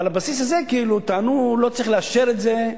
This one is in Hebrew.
על הבסיס הזה כאילו טענו: לא צריך לאשר את זה,